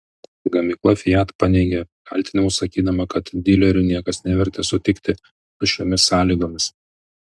gamykla fiat paneigė kaltinimus sakydama kad dilerių niekas nevertė sutikti su šiomis sąlygomis